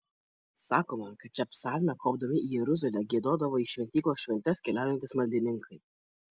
sakoma kad šią psalmę kopdami į jeruzalę giedodavo į šventyklos šventes keliaujantys maldininkai